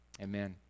amen